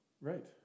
Right